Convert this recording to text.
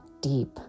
deep